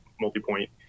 multi-point